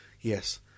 yes